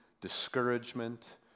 discouragement